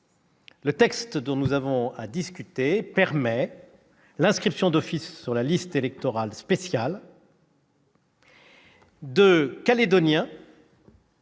le texte dont nous avons à discuter permet l'inscription d'office, sur la liste électorale spéciale, de Calédoniens